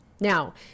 now